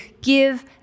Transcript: Give